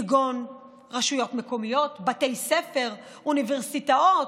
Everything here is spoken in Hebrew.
כגון רשויות מקומיות, בתי ספר, אוניברסיטאות,